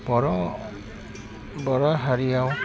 बर' बर' हारियाव